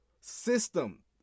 system